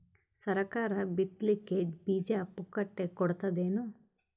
ಸರಕಾರ ಬಿತ್ ಲಿಕ್ಕೆ ಬೀಜ ಪುಕ್ಕಟೆ ಕೊಡತದೇನು?